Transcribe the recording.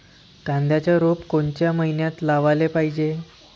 कांद्याचं रोप कोनच्या मइन्यात लावाले पायजे?